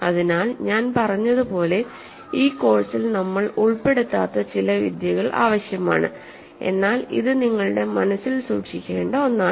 അതിനാൽ ഞാൻ പറഞ്ഞതുപോലെ ഈ കോഴ്സിൽ നമ്മൾ ഉൾപെടുത്താത്ത ചില വിദ്യകൾ ആവശ്യമാണ് എന്നാൽ ഇത് നിങ്ങളുടെ മനസ്സിൽ സൂക്ഷിക്കേണ്ട ഒന്നാണ്